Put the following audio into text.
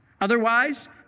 Otherwise